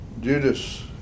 Judas